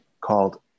called